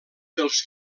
dels